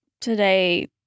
today